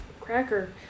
cracker